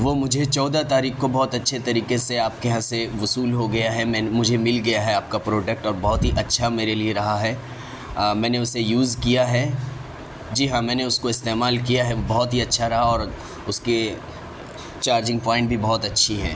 وہ مجھے چودہ تاریخ کو بہت اچھے طریقے سے آپ کے یہاں سے وصول ہو گیا ہے میں نے مجھے مل گیا ہے آپ کا پروڈکٹ اور بہت ہی اچھا میرے لیے رہا ہے میں نے اسے یوز کیا ہے جی ہاں میں نے اس کو استعمال کیا ہے وہ بہت ہی اچھا رہا اور اس کی چارجنگ پوائنٹ بھی بہت اچھی ہے